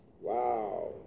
Wow